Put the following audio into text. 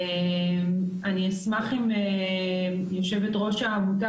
אני אשמח אם יושבת ראש העמותה,